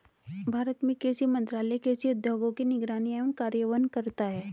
भारत में कृषि मंत्रालय कृषि उद्योगों की निगरानी एवं कार्यान्वयन करता है